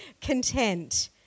content